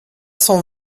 cent